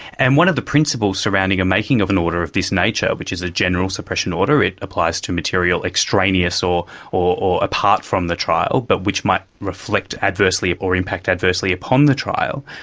and one of the principles surrounding a making of an order of this nature, which is a general suppression order, it applies to material extraneous or or apart from the trial but which might reflect adversely or impact adversely upon the trial,